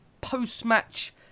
post-match